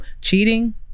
cheating